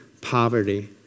poverty